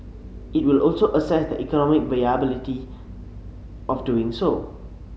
it will also assess the economic viability of doing so